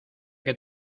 que